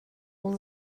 اون